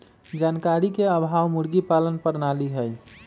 जानकारी के अभाव मुर्गी पालन प्रणाली हई